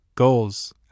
goals